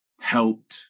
helped